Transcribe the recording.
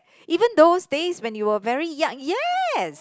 even those days when you were very young yes